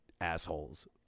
assholes